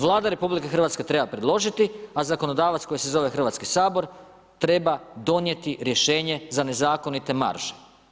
Vlada RH treba predložiti, a zakonodavac koji se zove Hrvatski sabor treba donijeti rješenje za nezakonite marže.